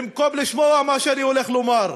במקום לשמוע מה שאני הולך לומר.